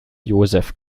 josef